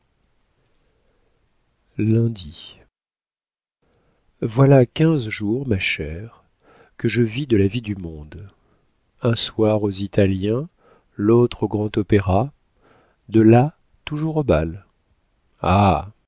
lundi voilà quinze jours ma chère que je vis de la vie du monde un soir aux italiens l'autre au grand opéra de là toujours au bal ah